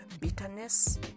bitterness